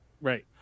Right